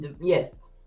Yes